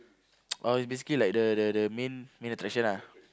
oh it's basically like the the the main main attraction ah